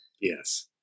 Yes